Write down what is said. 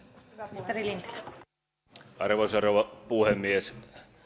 arvoisa rouva puhemies